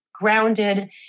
grounded